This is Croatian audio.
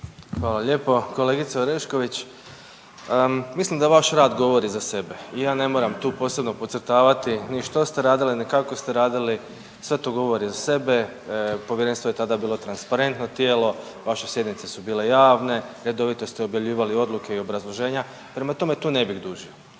Hvala lijepo. Kolegice Orešković, mislim da vaš rad govori za sebe. Ja ne moram tu posebno podcrtavati ni što ste radili, ni kako ste radili, sve to govori za sebe. Povjerenstvo je tada bilo transparentno tijelo, vaše sjednice su bile javne, redovito ste objavljivali odluke i obrazloženja. Prema tome tu ne bih dužio,